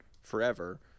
forever